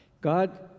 God